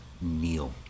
Neil